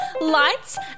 lights